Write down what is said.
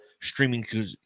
streaming